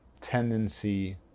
tendency